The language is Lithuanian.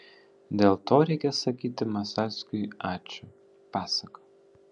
dėl to reikia sakyti masalskiui ačiū pasaka